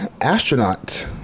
Astronaut